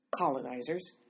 colonizers